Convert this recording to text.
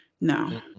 No